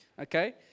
okay